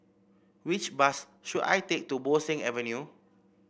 which bus should I take to Bo Seng Avenue